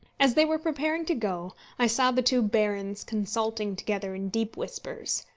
as they were preparing to go, i saw the two barons consulting together in deep whispers,